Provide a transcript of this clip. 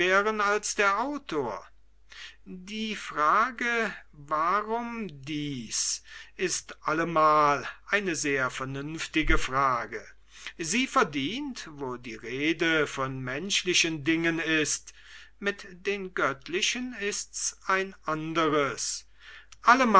als der autor die frage warum dies ist allemal eine sehr vernünftige frage sie verdient wo die rede von menschlichen dingen ist allemal eine antwort